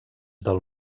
del